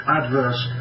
adverse